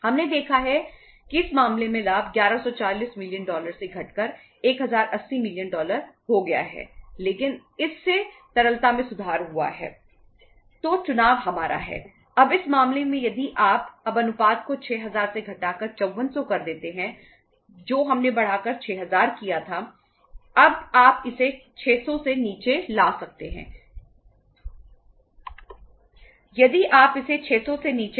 हमने देखा है कि इस मामले में लाभ 1140 मिलियन डॉलर समान रहेंगे